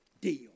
deal